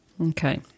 okay